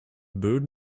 bird